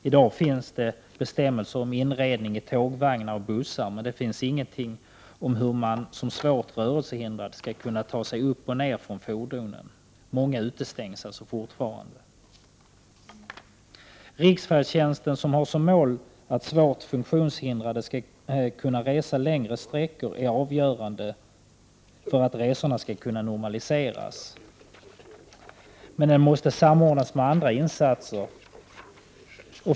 I dag finns det bestämmelser om inredning i tågvagnar och bussar, men det finns ingenting om hur man som svårt rörelsehindrad skall ta sig upp och ner från fordonen. Många utestängs alltså fortfarande. Riksfärdtjänsten som har som mål att svårt funktionshindrade skall kunna resa längre sträckor är avgörande för att resorna skall kunna normaliseras. Men den måste samordnas med andra insatser.